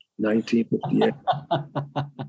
1958